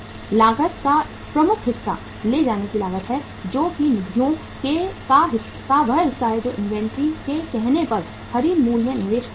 लागत का प्रमुख हिस्सा ले जाने की लागत है जो कि निधियों का वह हिस्सा है जो इन्वेंट्री के कहने पर खरीद मूल्य में निवेश किया जाता है